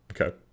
Okay